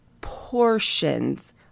portions